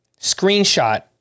screenshot